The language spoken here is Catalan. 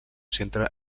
centre